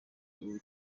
ubu